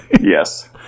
Yes